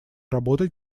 работать